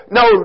no